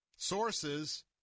Sources